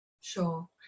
Sure